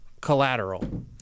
collateral